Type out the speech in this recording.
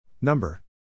Number